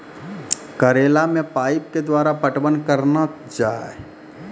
करेला मे पाइप के द्वारा पटवन करना जाए?